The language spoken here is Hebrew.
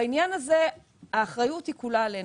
בעניין הזה האחריות היא כולה עלינו.